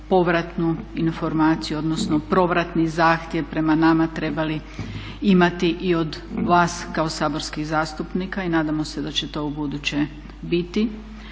povratnu informaciju odnosno povratni zahtjev prema nama trebali imati i od vas kao saborskih zastupnika i nadamo se da će to ubuduće biti.